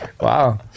wow